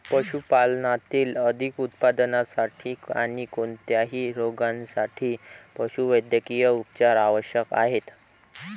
पशुपालनातील अधिक उत्पादनासाठी आणी कोणत्याही रोगांसाठी पशुवैद्यकीय उपचार आवश्यक आहेत